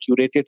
Curated